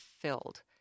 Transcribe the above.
filled